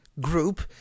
group